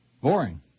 Boring